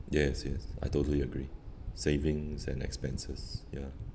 yes yes I totally agree savings and expenses ya